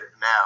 now